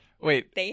Wait